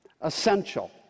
essential